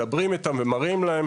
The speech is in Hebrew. מדברים איתם ומראים להם